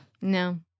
No